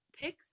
pick